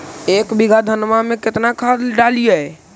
एक बीघा धन्मा में केतना खाद डालिए?